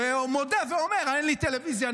שמודה ואומר: אין לי טלוויזיה,